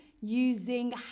using